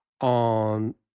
on